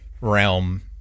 realm